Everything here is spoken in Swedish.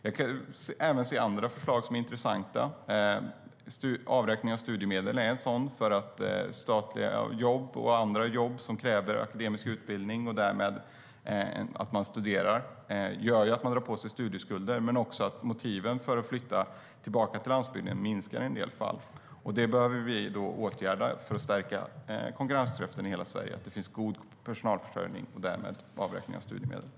Jag kan även se andra förslag som är intressanta. Avräkning av studiemedel är ett sådant. Statliga jobb och andra jobb som kräver akademisk utbildning och därmed att man studerar gör att man drar på sig studieskulder. Dessutom minskar motiven för att flytta tillbaka till landsbygden i en del fall. Det behöver vi åtgärda för att stärka konkurrenskraften i hela Sverige. Det ska finnas god personalförsörjning och därmed avräkning av studiemedel.